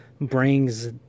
brings